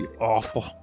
Awful